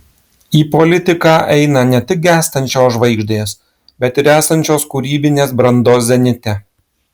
į politiką eina ne tik gęstančios žvaigždės bet ir esančios kūrybinės brandos zenite